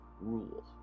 rule